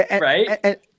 Right